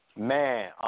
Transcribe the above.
Man